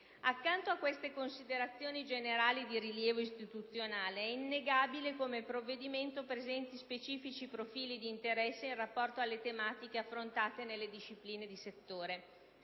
Accanto a queste considerazioni generali di rilievo istituzionale, è innegabile come il provvedimento presenti specifici profili d'interesse in rapporto alle tematiche affrontate nelle discipline di settore.